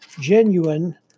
genuine